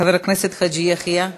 חבר הכנסת חאג' יחיא.